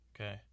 Okay